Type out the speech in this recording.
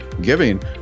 giving